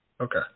Okay